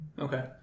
okay